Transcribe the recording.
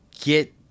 get